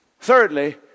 Thirdly